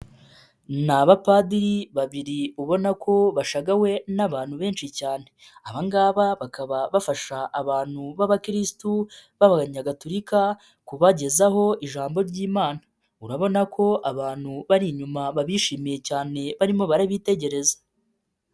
Ni abapadiri babiri ubona ko bashagawe n'abantu benshi cyane, abangaba bakaba bafasha abantu b'abakiristu b'abanyayagatolika kubagezaho ijambo ry'imana, urabona ko abantu bari inyuma babishimiye cyane barimo barabitegereza.